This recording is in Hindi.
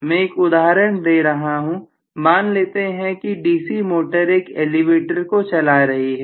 मैं एक उदाहरण दे रहा हूं मान लेते हैं कि डीसी मोटर एक एलिवेटर को चला रही है